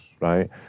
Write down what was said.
right